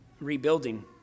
rebuilding